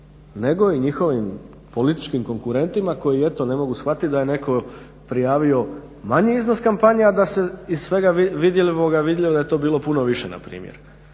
nego i njihovim političkim konkurentima koji eto ne mogu shvatiti da je netko prijavio manji iznos kampanje, a da se iz svega vidljivoga vidjelo da je to bilo puno više na primjer.